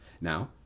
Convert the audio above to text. Now